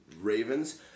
Ravens